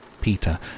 Peter